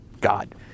god